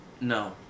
No